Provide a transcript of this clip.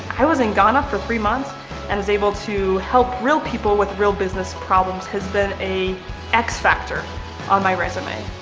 i was in ghana for three months and was able to help real people with real business problems has been a x-factor on my resume.